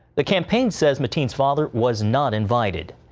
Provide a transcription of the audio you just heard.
the campaign says mateen's father was not invited.